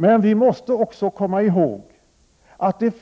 Men vi måste också komma ihåg att det